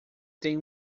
tem